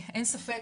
אין ספק